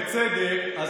ובצדק,